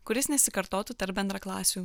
kuris nesikartotų tarp bendraklasių